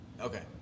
Okay